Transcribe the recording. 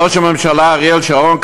ראש הממשלה אריאל שרון,